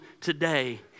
today